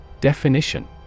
Definition